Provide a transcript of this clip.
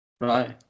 Right